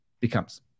becomes